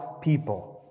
people